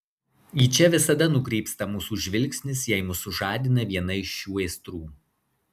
į čia visada nukrypsta mūsų žvilgsnis jei mus sužadina viena iš šių aistrų